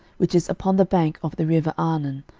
which is upon the bank of the river arnon,